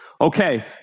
Okay